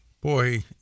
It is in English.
boy